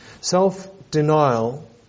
Self-denial